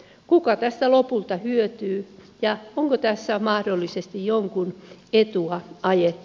kuka tästä lopulta hyötyy ja onko tässä mahdollisesti jonkun etua ajettu